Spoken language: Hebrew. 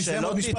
יש פה גם נציגי